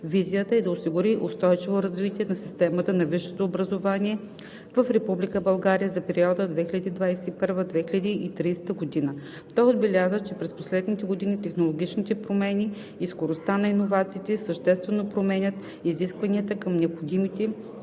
визията и да осигури устойчиво развитие на системата на висшето образование в Република България за периода 2021 – 2030 г. Той отбеляза, че през последните години технологичните промени и скоростта на иновациите съществено променят изискванията към необходимите